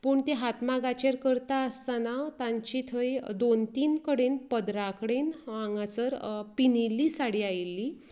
पूण ते हात मागाचेर करता आसताना तांच्या थंय दोन तीन कडेन पदरा कडेन हांगासर पिंजील्ली साडी आयिल्ली